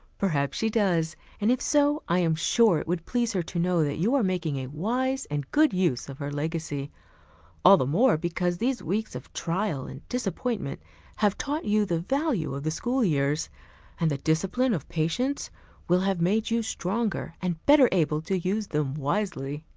perhaps she does and if so, i am sure it would please her to know that you are making a wise and good use of her legacy all the more because these weeks of trial and disappointment have taught you the value of the school years and the discipline of patience will have made you stronger and better able to use them wisely.